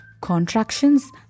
contractions